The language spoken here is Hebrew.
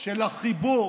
של החיבור